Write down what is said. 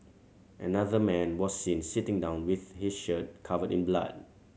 another man was seen sitting down with his shirt covered in blood